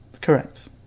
correct